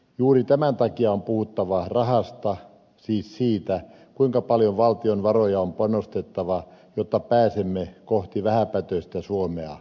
juuri tämän takia on puhuttava rahasta siis siitä kuinka paljon valtion varoja on panostettava jotta pääsemme kohti vähäpäästöistä suomea